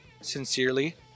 Sincerely